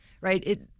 right